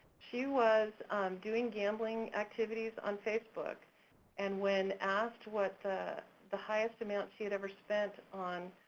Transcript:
she was doing gambling activities on facebook and when asked what the highest amount she had ever spent on